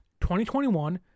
2021